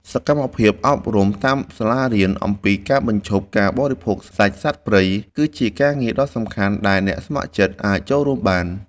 សកម្មភាពអប់រំតាមសាលារៀនអំពីការបញ្ឈប់ការបរិភោគសាច់សត្វព្រៃ គឺជាការងារដ៏សំខាន់ដែលអ្នកស្ម័គ្រចិត្តអាចចូលរួមបាន។